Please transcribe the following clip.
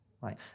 right